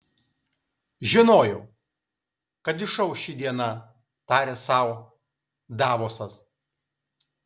žinojau kad išauš ši diena tarė sau davosas